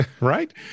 Right